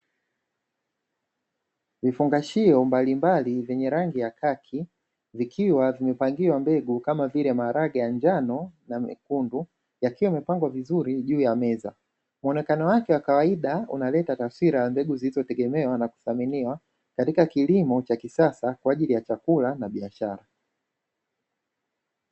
Vifungashio mbalimbali vyenye rangi ya kaki vikiwa vimepangiwa mbegu kama vile maharage ya njano na mekundu, yakiwa yamepangwa vizuri juu ya meza. Muonekano wake wa kawaida unaleta taswira wa mbegu zilizotegemewa na zinazothaminiwa katika kilimo cha kisasa kwa ajili ya chakula na biashara.